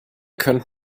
könnt